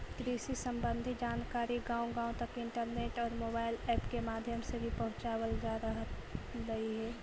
कृषि संबंधी जानकारी गांव गांव तक इंटरनेट और मोबाइल ऐप के माध्यम से भी पहुंचावल जा रहलई हे